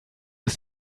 ist